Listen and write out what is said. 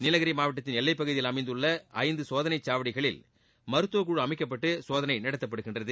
நீலகிரி மாவட்டத்தின் எல்லைப் பகுதியில் அமைந்தள்ள ஐந்து சோதளை சாவடிகளில் மருத்துவக்குழு அமைக்கப்பட்டு சோதனை நடத்தப்படுகின்றன